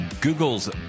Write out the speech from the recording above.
Google's